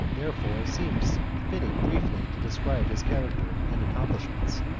there fore, seems fitting briefly to describe his character and accomplishments,